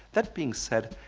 that being said,